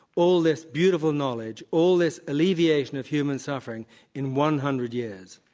all this beautiful knowledge, all this alleviation of human suffering in one hundred years.